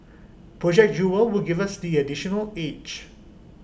project jewel will give us this additional edge